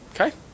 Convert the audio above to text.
Okay